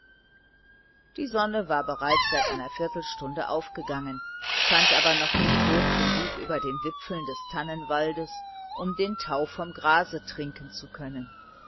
die sonne war bereits seit einer viertelstunde aufgegangen stand aber noch nicht hoch genug über den wipfeln des tannenwaldes um den tau vom grase trinken zu können